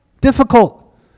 difficult